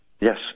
Yes